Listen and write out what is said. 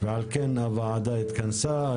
על כן הוועדה התכנסה.